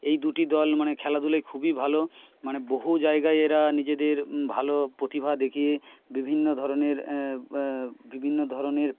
এই দুটি দল মানে খেলাধুলায় খুবই ভালো মানে বহু জায়গায় এরা নিজেদের ভালো প্রতিভা দেখিয়ে বিভিন্ন ধরণের বিভিন্ন ধরণের